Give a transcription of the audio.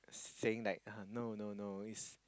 saying like uh no no no it's